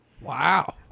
Wow